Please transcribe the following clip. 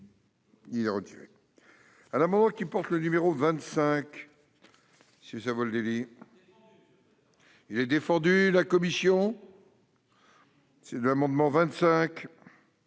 12 est retiré.